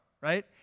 right